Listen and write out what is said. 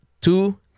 two